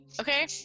okay